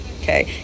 okay